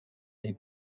les